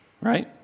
Right